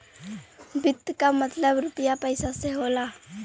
वित्त क मतलब रुपिया पइसा से होला